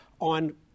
on